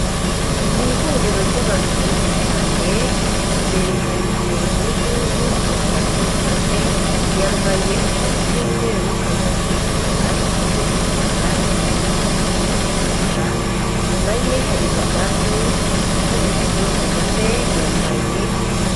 Ni ihuriro ry'abantu benshi cyane, imbere hari umuyobozi w'igihugu perezida Paul Kagame, yambaye ishati y'umweru karuvati y'umukara, ikote ry'umukara ipantaro y'umukara ndetse n'inkweto z'umukara, inyuma ye hari madamu Jeannette Paul Kagame yambaye...